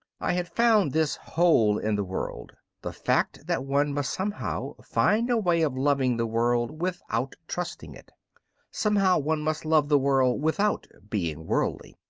i had found this hole in the world the fact that one must somehow find a way of loving the world without trusting it somehow one must love the world without being worldly.